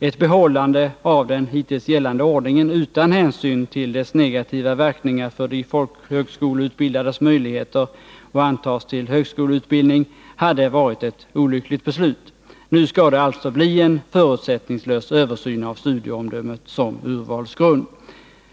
Ett behållande av den hittills gällande ordningen utan hänsyn till dess negativa verkningar för de folkhögskoleutbildades möjligheter att antas till högskoleutbildning hade varit ett olyckligt beslut. Nu skall det alltså bli en förutsättningslös översyn av studieomdömet som urvalsgrund.